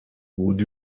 would